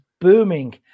booming